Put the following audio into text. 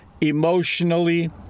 emotionally